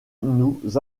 nous